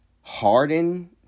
Harden